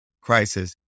crisis